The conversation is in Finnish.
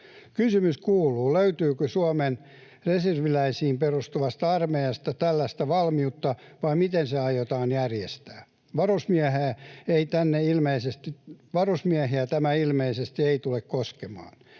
Kysymys kuuluu, löytyykö Suomen reserviläisiin perustuvasta armeijasta tällaista valmiutta vai miten se aiotaan järjestää. Varusmiehiä tämä ilmeisesti ei tule koskemaan.